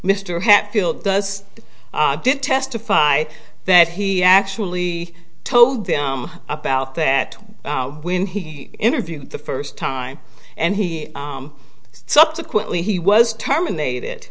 mr hatfield does did testify that he actually told them about that when he interviewed the first time and he subsequently he was terminated